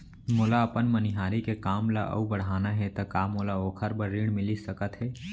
मोला अपन मनिहारी के काम ला अऊ बढ़ाना हे त का मोला ओखर बर ऋण मिलिस सकत हे?